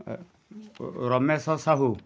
Ramesh Sahu